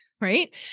right